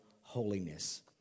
Holiness